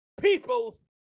people's